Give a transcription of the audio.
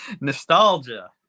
Nostalgia